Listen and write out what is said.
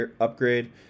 Upgrade